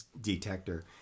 detector